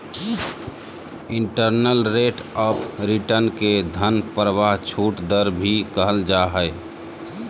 internal rate of return के धन प्रवाह छूट दर भी कहल जा हय